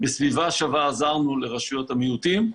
בסביבה שווה עזרנו לרשויות המיעוטים,